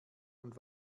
und